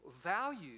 value